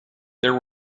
there